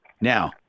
Now